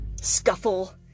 scuffle